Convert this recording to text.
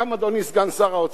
אדוני סגן שר האוצר,